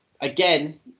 again